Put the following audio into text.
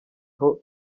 aho